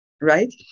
right